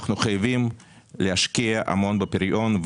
אנחנו חייבים להשקיע המון בפריון,